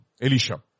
Elisha